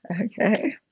Okay